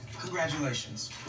Congratulations